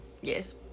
Yes